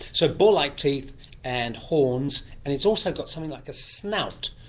so boar-like teeth and horns, and it's also got something like a snout.